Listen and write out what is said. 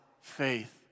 faith